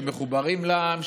שמחוברים לעם,